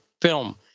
film